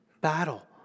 battle